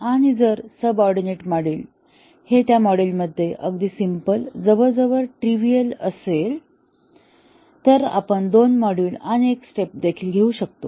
आणि जर subordinate module हे मॉड्यूलमध्ये अगदी सिम्पल जवळजवळ ट्रीव्हीएल असेल तर आपण दोन मॉड्यूल आणि एक स्टेप देखील घेऊ शकतो